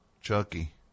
Chucky